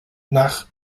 nach